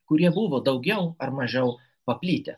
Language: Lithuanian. kurie buvo daugiau ar mažiau paplitę